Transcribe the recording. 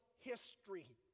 history